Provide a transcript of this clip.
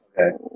Okay